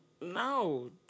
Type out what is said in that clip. No